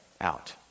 out